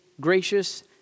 gracious